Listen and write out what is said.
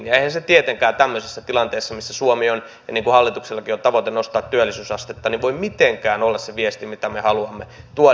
ja eihän se tietenkään tämmöisessä tilanteessa missä suomi on ja kun hallituksellakin on tavoite nostaa työllisyysastetta voi mitenkään olla se viesti mitä me haluamme tuoda